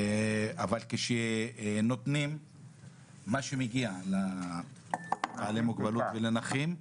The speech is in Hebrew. אבל כשנותנים מה שנגיע לבעלי מוגבלות ולנכים,